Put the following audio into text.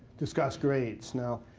discuss grades. now,